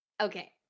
Okay